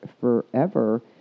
forever